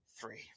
three